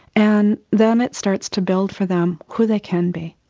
and then it starts to build for them who they can be.